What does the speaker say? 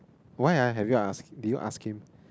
why ah have you ask did you ask him